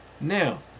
Now